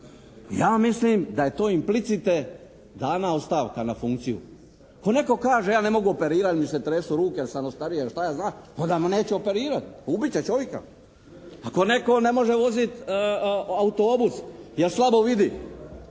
Ja mislim da je to implicite dana ostavka na funkciju. Ako netko kaže ja ne mogu operirati jer mi se tresu ruke, jesam ostario ili šta ja znam, onda on neće operirati, ubit će čovika. Ako netko ne može voziti autobus jer slabo vidi,